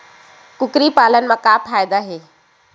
कुकरी पालन म का फ़ायदा हे?